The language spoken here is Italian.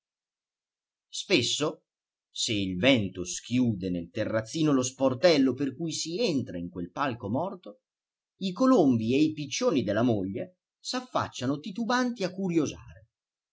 spesso se il vento schiude nel terrazzino lo sportello per cui si entra in quel palco morto i colombi e i piccioni della moglie s'affacciano titubanti a curiosare